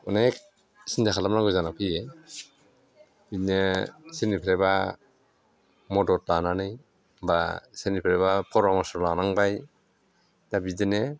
अनेक सिन्था खालामनांगौ जानानै फैयो बिदिनो सोरनिफ्रायबा मदद लानानै बा सोरनिफ्रायबा परामर्स' लानांबाय दा बिदिनो